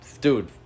Dude